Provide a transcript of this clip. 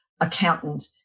accountant